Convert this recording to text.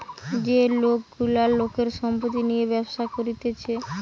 যে লোক গুলা লোকের সম্পত্তি নিয়ে ব্যবসা করতিছে